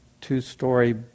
two-story